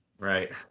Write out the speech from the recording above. Right